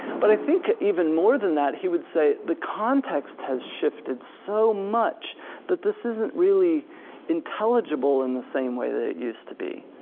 but i think even more than that he would say, the context has shifted so much that this isn't really intelligible in the same way that it used to be.